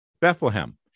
Bethlehem